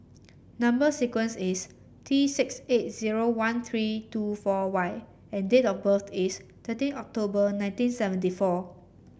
number sequence is T six eight zero one three two four Y and date of birth is thirteen October nineteen seventy four